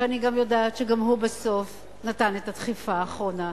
שאני יודעת שגם הוא בסוף נתן את הדחיפה האחרונה.